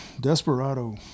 Desperado